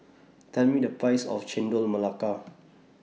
Tell Me The Price of Chendol Melaka